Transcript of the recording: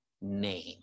name